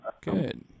Good